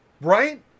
right